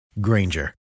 Granger